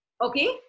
Okay